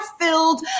filled